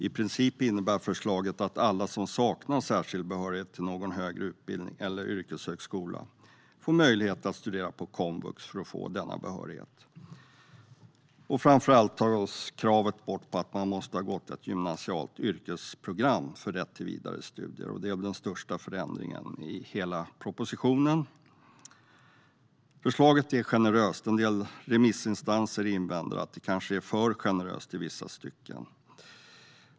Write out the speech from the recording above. I princip innebär förslaget att alla som saknar särskild behörighet till någon högre utbildning eller yrkeshögskola får möjlighet att studera på komvux för att få denna behörighet. Framför allt tas kravet på att man måste ha gått ett gymnasialt yrkesprogram för att få rätt till vidare studier bort. Det är väl den största förändringen i hela propositionen. Förslaget är generöst; en del remissinstanser invänder att det kanske är alltför generöst i vissa stycken.